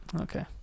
Okay